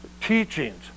teachings